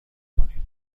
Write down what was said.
کنید